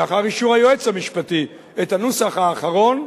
לאחר אישור היועץ המשפטי, את הנוסח האחרון,